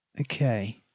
Okay